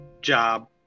job